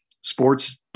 sports